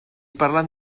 parlant